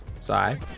Sorry